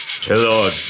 Hello